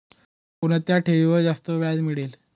कोणत्या ठेवीवर जास्त व्याज मिळेल?